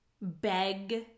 beg